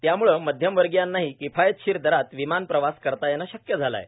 त्यामुळे मध्यमवर्गीयांनाही किफायतशीर दरात विमानप्रवास करता येणे शक्य झाले आहे